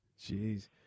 Jeez